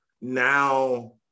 now